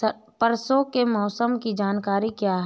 परसों के मौसम की जानकारी क्या है?